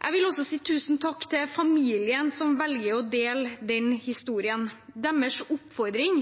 Jeg vil få si tusen takk til familien som velger å dele denne historien. Deres oppfordring